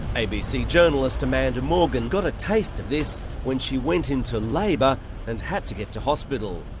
abc journalist amanda morgan got a taste of this when she went into labour and had to get to hospital.